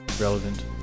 Relevant